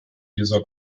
dieser